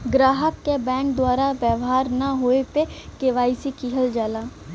ग्राहक क बैंक द्वारा व्यवहार न होये पे के.वाई.सी किहल जाला